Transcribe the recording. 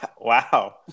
Wow